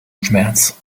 schmerz